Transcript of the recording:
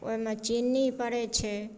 ओहिमे चीनी पड़ैत छै